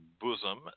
bosom